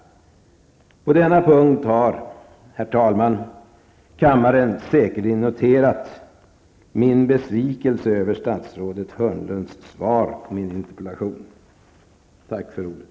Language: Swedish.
På den punkten har, herr talman, kammaren säkerligen noterat min besvikelse över statsrådet Hörnlunds svar på min interpellation. Tack för ordet!